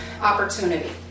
opportunity